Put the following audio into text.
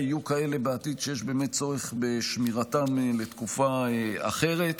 יהיו כאלה בעתיד שיש באמת צורך בשמירתם לתקופה אחרת.